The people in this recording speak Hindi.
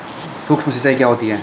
सुक्ष्म सिंचाई क्या होती है?